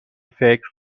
فکر